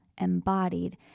embodied